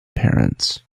parents